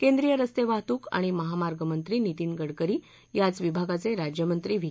केंद्रीय रस्ते वाहतूक आणि महामार्ग मंत्री नितीन गडकरी याच विभागाचे राज्यमंत्री व्ही